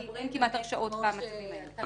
כי אין כמעט הרשעות גם בשנים האלה.